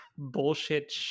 bullshit